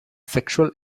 sexual